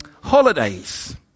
holidays